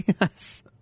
yes